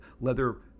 leather